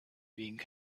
being